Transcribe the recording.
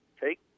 Take